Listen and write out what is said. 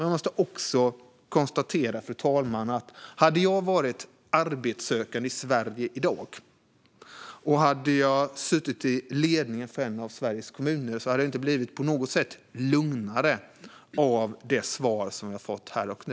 Jag måste också konstatera följande, fru talman: Om jag hade varit arbetssökande i Sverige i dag, eller om jag hade suttit i ledningen för en av Sveriges kommuner, hade jag inte blivit på något sätt lugnare av de svar som vi har fått här och nu.